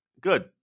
Good